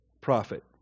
profit